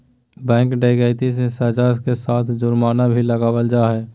bank डकैती मे सज़ा के साथ जुर्माना भी लगावल जा हय